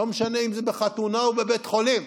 לא משנה אם זה בחתונה או בבית חולים,